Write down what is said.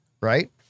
right